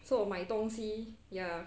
so 我买东西 so ya